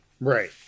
right